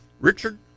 Richard